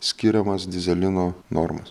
skiriamas dyzelino normas